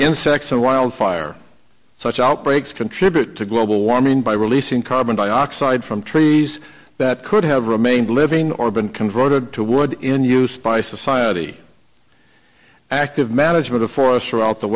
insects and wild fire such outbreaks contribute to global warming by releasing carbon dioxide from trees that could have remained living or been converted to wood in use by society active management for us throughout the